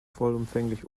vollumfänglich